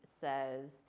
says